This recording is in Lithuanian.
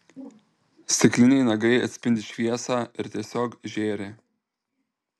stikliniai nagai atspindi šviesą ir tiesiog žėri